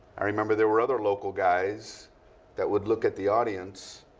i remember there were other local guys that would look at the audience.